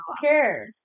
care